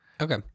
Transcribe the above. Okay